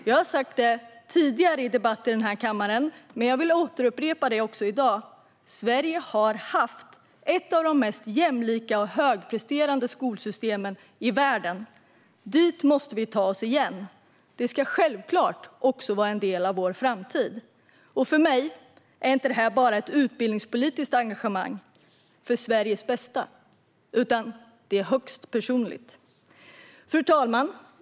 Jag har sagt det tidigare i debatten i kammaren, men jag upprepar i dag: Sverige har haft ett av de mest jämlika och högpresterande skolsystemen i världen. Dit måste vi ta oss igen. Det ska självklart också vara en del av vår framtid. För mig är det inte bara fråga om ett utbildningspolitiskt engagemang för Sveriges bästa, utan det är även högst personligt. Fru talman!